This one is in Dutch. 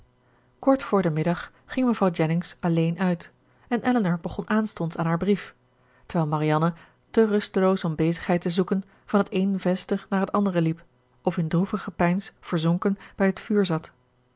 kort voor den middag ging mevrouw jennings alleen uit en elinor begon aanstonds aan haar brief terwijl marianne te rusteloos om bezigheid te zoeken van het eene venster naar het andere liep of in droevig gepeins verzonken bij het vuur zat